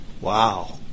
Wow